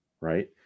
Right